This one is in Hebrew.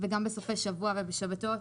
ובסופי שבוע ובשבתות.